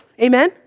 Amen